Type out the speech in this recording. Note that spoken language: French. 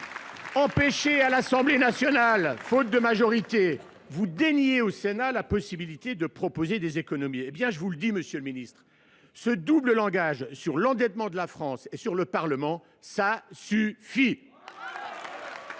! Empêché à l’Assemblée nationale, faute de majorité, vous déniez au Sénat la possibilité de proposer des économies. Je vous le dis, monsieur le ministre, ce double langage sur l’endettement de la France et sur le Parlement, ça suffit